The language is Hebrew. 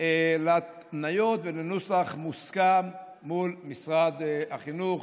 להתניות ולנוסח מוסכם מול משרד החינוך.